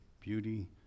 beauty